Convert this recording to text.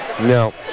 No